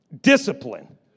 discipline